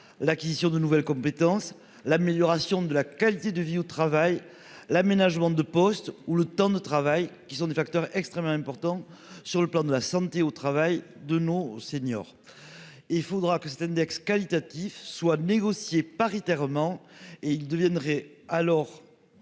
l'acquisition de nouvelles compétences l'amélioration de la qualité de vie au travail, l'aménagement de poste ou le temps de travail qui sont des facteurs extrêmement importants sur le plan de la santé au travail de nos seniors. Il faudra que cet index qualitatif soit négocié paritairement et il deviendrait alors.